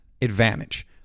advantage